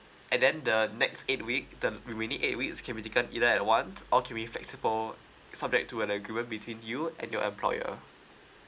and then the next eight week the remaining eight weeks can be taken either at once or can be flexible subject to an agreement between you and your employer